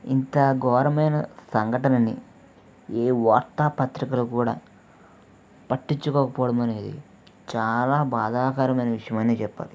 ఇంత ఘోరమైన సంఘటనని ఏ వార్తాపత్రికలు కూడా పట్టించుకోకపోవడమనేది చాలా బాధాకరమైన విషయమని చెప్పాలి